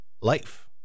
Life